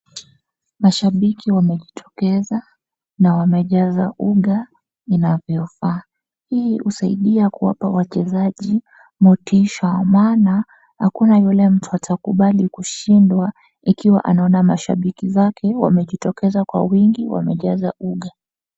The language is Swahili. Mashabiki wamejitokeza na wamejaza uga inavyofaa. Hii husaidia kuwapa wachezaji motisha maana hakuna yule mtu atakubali kushindwa ikiwa anaona mashabiki zake wamejitokeza kwa wingi wamejaza uga.